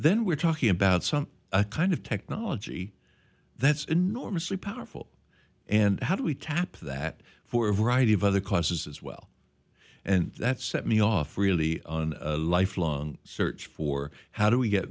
then we're talking about some kind of technology that's enormously powerful and how do we tap that for a variety of other causes as well and that set me off really lifelong search for how do we get